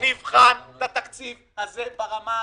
-- אנחנו נבחן את התקציב הזה ברמה העניינית.